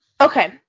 okay